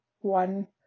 one